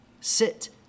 Sit